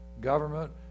government